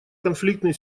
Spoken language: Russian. конфликтные